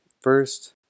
First